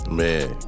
man